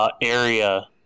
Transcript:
Area